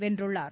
வென்றள்ளார்